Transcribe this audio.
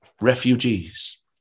refugees